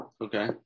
Okay